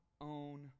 own